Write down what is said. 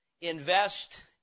invest